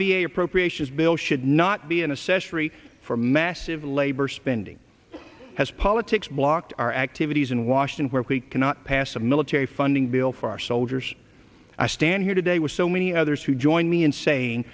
a appropriations bill should not be in a session for massive labor spending has politics blocked our activities in washington where we cannot pass a military a funding bill for our soldiers i stand here today with so many others who join me in saying